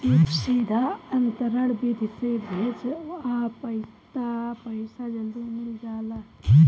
सीधा अंतरण विधि से भजबअ तअ पईसा जल्दी मिल जाला